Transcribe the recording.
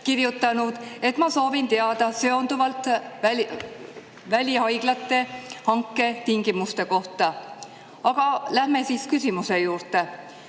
kirjutanud, et ma soovin küsida seonduvalt välihaiglate hanke tingimustega. Aga läheme siis küsimuse juurde.